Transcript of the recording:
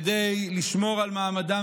כדי לשמור על מעמדם